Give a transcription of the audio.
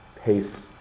pace